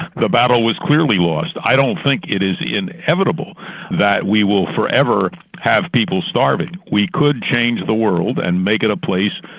the battle was clearly lost. i don't think it is inevitable that we will forever have people starving. we could change the world and make it a place.